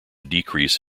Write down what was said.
decrease